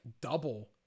double